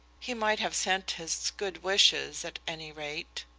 he might have sent his good wishes, at any rate.